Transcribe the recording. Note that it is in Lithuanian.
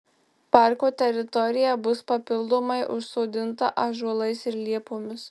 parko teritorija bus papildomai užsodinta ąžuolais ir liepomis